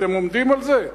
אתם עומדים על זה?